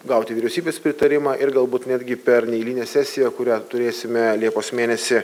gauti vyriausybės pritarimą ir galbūt netgi per neeilinę sesiją kurią turėsime liepos mėnesį